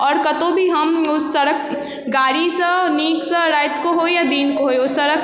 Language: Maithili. आओर कतहु भी हम उस सड़क गाड़ीसँ नीकसँ रातिके होइ या दिनके होइ ओहि सड़क